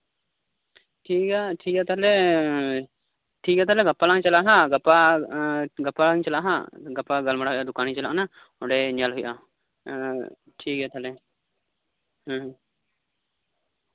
ᱴᱷᱤᱠᱜᱮᱭᱟ ᱴᱷᱤᱠᱜᱮᱭᱟ ᱛᱟᱞᱦᱮ ᱮᱸ ᱴᱷᱤᱠ ᱜᱮᱭᱟ ᱛᱟᱞᱦᱮ ᱜᱟᱯᱟᱧ ᱪᱟᱞᱟᱜᱼᱟ ᱦᱟᱸᱜ ᱟᱨ ᱜᱟᱯᱟ ᱜᱟᱞᱢᱟᱨᱟᱣ ᱦᱩᱭᱩᱜᱼᱟ ᱦᱟᱸᱜ ᱫᱚᱠᱟᱱᱤᱧ ᱪᱞᱟᱜ ᱠᱟᱱᱟ ᱚᱸᱰᱮ ᱧᱮᱞ ᱦᱩᱭᱩᱜᱼᱟ ᱮᱸᱜ ᱴᱷᱤᱠᱜᱮᱭᱟ ᱛᱟᱞᱦᱮ ᱦᱩᱸ